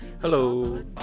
hello